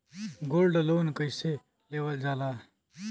Gold loan कईसे लेवल जा ला?